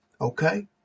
Okay